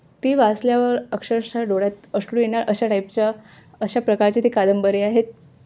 ती वाचल्यावर अक्षरशः डोळ्यात अश्रू येणार अशा टाईपच्या अशा प्रकारचे ती कादंबरी आहेत